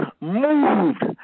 moved